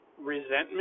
resentment